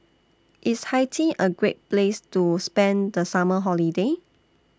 IS Haiti A Great Place to spend The Summer Holiday